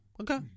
okay